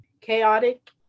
chaotic